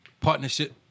partnership